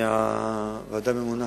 בגלל הוועדה הממונה.